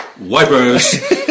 Wipers